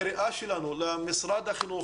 הקריאה שלנו למשרד החינוך,